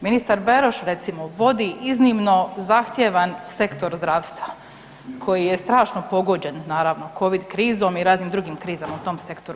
Ministar Beroš recimo vodi iznimno zahtjevan sektor zdravstva koji je strašno pogođen naravno covid krizom i raznim drugim krizama u tom sektoru.